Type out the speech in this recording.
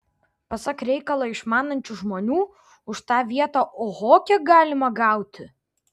pasak reikalą išmanančių žmonių už tą vietą oho kiek galima gauti